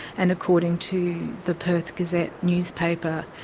and according to the perth gazette newspaper,